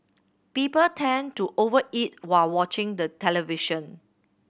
people tend to over eat while watching the television